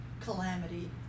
calamity